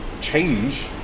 change